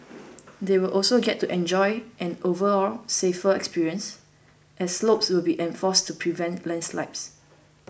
they will also get to enjoy an overall safer experience as slopes will be reinforced to prevent landslides